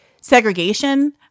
segregation